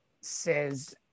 says